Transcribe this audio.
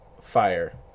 fire